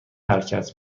حرکت